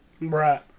Right